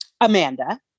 amanda